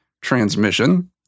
transmission